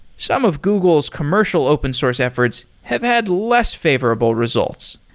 some of google's commercial open source efforts have had less favorable results.